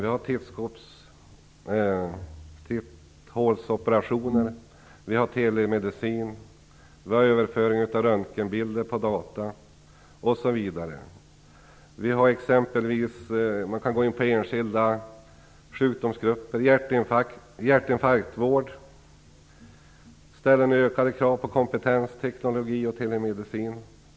Vi har titthålsoperationer. Vi har telemedicin. Vi har överföring av röntgenbilder på dator osv. Om jag går in på enskilda sjukdomsgrupper kan jag nämna hjärtinfarktsvård. Den ställer ökade krav på kompetens, teknologi och telemedicin.